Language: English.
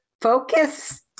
Focus